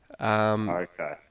Okay